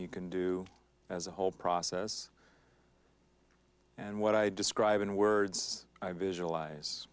you can do as a whole process and what i describe in words i visualize